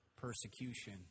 persecution